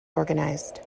organized